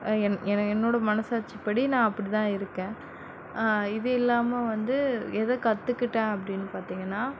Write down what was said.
என் என்ன என்னோட மனசாட்சி படி நான் அப்படி தான் இருக்கேன் இது இல்லாமல் வந்து எதை கற்றுக்கிட்டேன் அப்படின்னு பார்த்திங்கனா